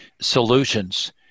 solutions